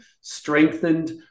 strengthened